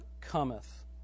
cometh